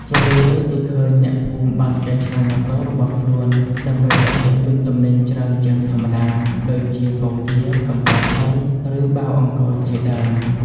ជារឿយៗ គេឃើញអ្នកភូមិបានកែច្នៃម៉ូតូរបស់ខ្លួនដើម្បីដឹកជញ្ជូនទំនិញច្រើនជាងធម្មតា ដូចជាពងទា កន្ត្រកត្រី ឬបាវអង្ករជាដើម។